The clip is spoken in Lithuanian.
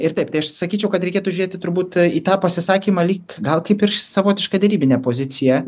ir taip tai aš sakyčiau kad reikėtų žiūrėti turbūt į tą pasisakymą lyg gal kaip ir savotišką derybinę poziciją